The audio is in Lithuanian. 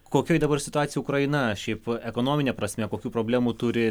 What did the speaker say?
kokioj dabar situacijoj ukraina šiaip ekonomine prasme kokių problemų turi